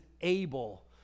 able